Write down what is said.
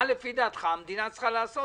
מה לפי דעתך המדינה צריכה לעשות?